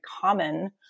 common